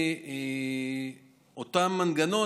אותו מנגנון,